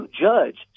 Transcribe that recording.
judge